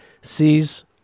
sees